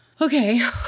Okay